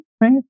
right